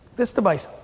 this device,